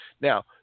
Now